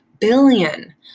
billion